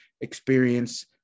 experience